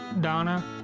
Donna